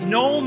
no